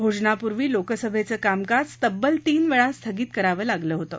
भोजनापुर्वी लोकसभेचं कामकाज तब्बल तीन वेळा स्थगित करावं लागलं होतं